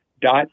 dot